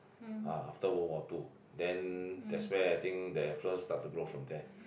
ah after War World Two then that's very I think the influence start to grow from there